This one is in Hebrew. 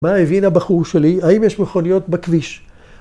‫מה הבין הבחור שלי? ‫האם יש מכוניות בכביש?